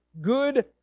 good